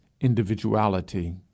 individuality